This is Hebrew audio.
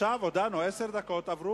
עכשיו הודענו, עשר דקות עברו,